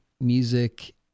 music